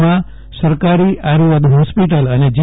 ભુજમાં સરકારી આયુર્વેદ હોસ્પિટલ અને જી